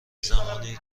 زمانیه